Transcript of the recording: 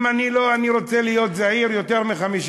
אם אני רוצה להיות זהיר, יותר מ-50%.